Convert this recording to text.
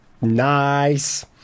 Nice